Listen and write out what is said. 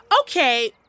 Okay